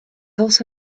also